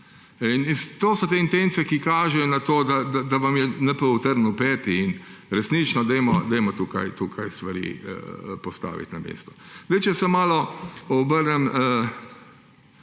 In to so te intence, ki kažejo na to, da vam je NPU trn v peti in resnično dajmo tukaj stvari postaviti na dejstva. Če se usmerim